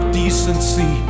decency